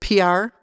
PR